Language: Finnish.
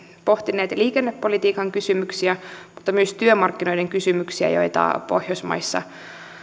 pohtineet liikennepolitiikan kysymyksiä ja myös työmarkkinoiden kysymyksiä joita pohjoismaissa